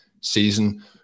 season